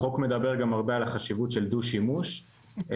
החוק מדבר גם הרבה על החשיבות של דו-שימוש ובעצם